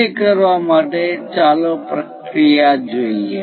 તે કરવા માટે ચાલો પ્રક્રિયા જોઈએ